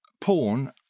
porn